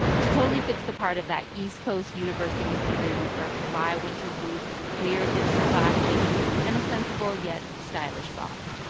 she totally fits the part of that east coast university student with her fly winter boots, clear hipster glasses and a sensible yet stylish bob.